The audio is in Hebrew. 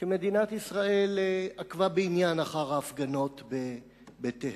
שמדינת ישראל עקבה בעניין אחר ההפגנות בטהרן.